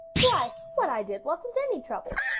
why, what i did wasn't any trouble.